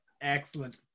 excellent